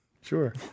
Sure